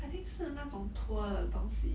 I think 是那种 tour 的东西